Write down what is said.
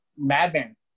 Madman